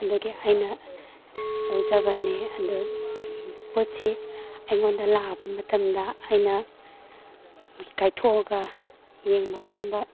ꯑꯗꯨꯒꯤ ꯑꯩꯅ ꯂꯧꯖꯕꯅꯦ ꯑꯗꯨ ꯄꯣꯠꯁꯤ ꯑꯩꯉꯣꯟꯗ ꯂꯥꯛꯑꯕ ꯃꯇꯝꯗ ꯑꯩꯅ ꯀꯥꯏꯊꯣꯛꯑꯒ ꯌꯦꯡꯕ ꯀꯥꯟꯗ